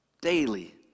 daily